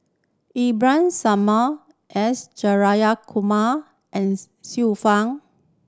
Samad S Jayakumar and Xiu Fang